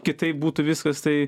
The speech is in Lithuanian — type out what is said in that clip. kitaip būtų viskas tai